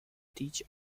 teach